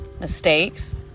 mistakes